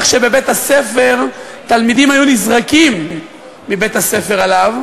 שבבית-הספר תלמידים היו נזרקים מבית-הספר עליו,